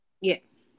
Yes